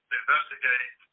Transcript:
investigate